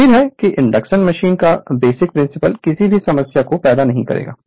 उम्मीद है कि इंडक्शन मशीन का बेसिक प्रिंसिपल किसी भी समस्या को पैदा नहीं करेगा